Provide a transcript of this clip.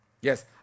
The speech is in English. Yes